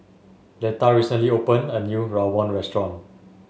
Leta recently opened a new Rawon restaurant